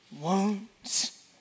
wounds